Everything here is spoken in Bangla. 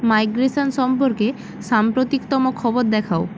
মাইগ্রেশান সম্পর্কে সাম্প্রতিকতম খবর দেখাও